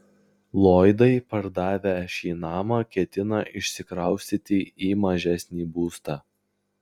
lloydai pardavę šį namą ketina išsikraustyti į mažesnį būstą